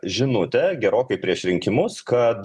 žinutė gerokai prieš rinkimus kad